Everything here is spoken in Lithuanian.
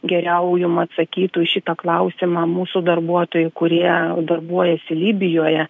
geriau jum atsakytų į šitą klausimą mūsų darbuotojai kurie darbuojasi libijoje